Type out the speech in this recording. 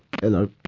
hello